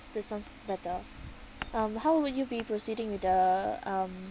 that sounds better um how would you be proceeding with the um